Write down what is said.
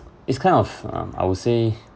it's kind of um I would say